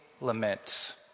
lament